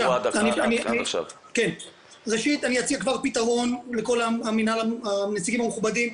ראשית אני אציג כבר פתרון לכל הנציגים המכובדים,